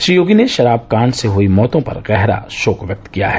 श्री योगी ने शराब कांड से हुई मौतों पर गहरा शोक व्यक्त किया है